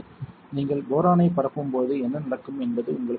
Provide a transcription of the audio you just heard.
நீங்கள் போரானைப் பரப்பும்போது என்ன நடக்கும் என்பது உங்களுக்குத் தெரியும்